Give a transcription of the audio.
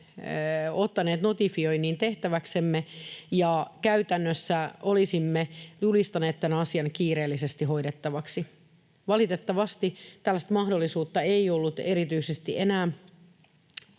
ottaneet notifioinnin tehtäväksemme ja käytännössä olisimme julistaneet tämän asian kiireellisesti hoidettavaksi. Valitettavasti tällaista mahdollisuutta ei ollut, erityisesti enää tämän